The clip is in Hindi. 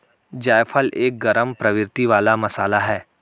जायफल एक गरम प्रवृत्ति वाला मसाला है